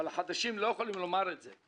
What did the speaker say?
אבל החדשים לא יכולים לומר את זה.